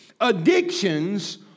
addictions